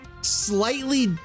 slightly